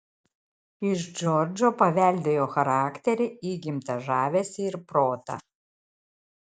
iš džordžo paveldėjo charakterį įgimtą žavesį ir protą